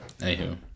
anywho